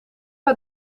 uit